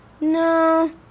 No